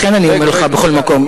לכן אני אומר לך בכל מקום,